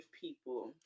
people